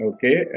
Okay